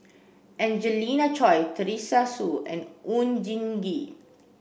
Angelina Choy Teresa Hsu and Oon Jin Gee